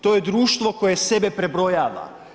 To je društvo koje sebe prebrojava.